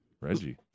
Reggie